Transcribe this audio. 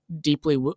deeply